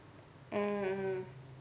mm mm